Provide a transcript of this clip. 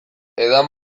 edan